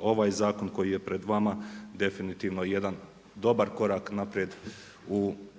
ovaj zakon koji je pred vama definitivno jedan dobar korak naprijed u poboljšanju